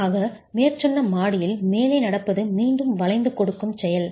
ஆக மேற்சொன்ன மாடியில் மேலே நடப்பது மீண்டும் வளைந்து கொடுக்கும் செயல்